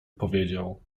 powiedział